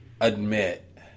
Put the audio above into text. admit